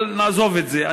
אבל נעזוב את זה.